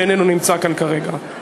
שאיננו נמצא כאן כרגע.